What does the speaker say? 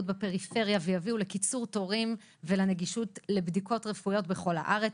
בפריפריה ויביאו לקיצור תורים ולנגישות לבדיקות רפואיות בכל הארץ.